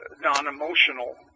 non-emotional